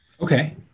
Okay